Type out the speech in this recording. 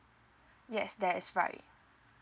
yes that is right